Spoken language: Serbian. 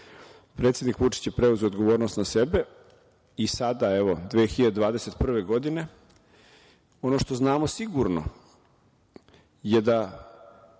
Predsednik Vučić je preuzeo odgovornost na sebe. I sada, evo 2021. godine, ono što znamo sigurno je da